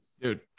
Dude